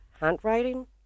handwriting